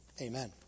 Amen